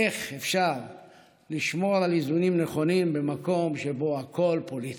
איך אפשר לשמור על איזונים נכונים במקום שבו הכול פוליטי.